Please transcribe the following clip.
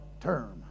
term